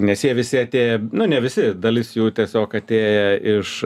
nes jie visi atėję na ne visi dalis jų tiesiog atėję iš